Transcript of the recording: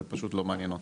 זה פשוט לא מעניין אותם,